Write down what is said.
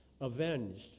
avenged